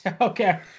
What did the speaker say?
okay